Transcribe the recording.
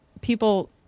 people